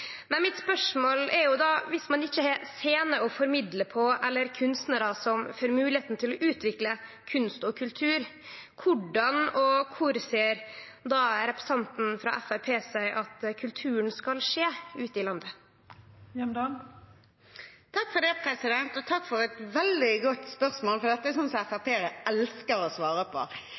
Men mitt spørsmål er: Om ein ikkje har ei scene å formidle på, eller kunstnarar som får mogelegheit til å utvikle kunst og kultur, korleis og kvar ser representanten frå Framstegspartiet for seg at kulturen skal formidlast ute i landet? Takk for et veldig godt spørsmål, for det er slikt som Fremskrittspartiet elsker å svare på.